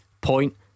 point